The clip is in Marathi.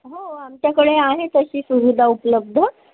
हो आमच्याकडे आहे तशी सुविधा उपलब्ध